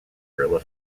guerrilla